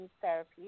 therapy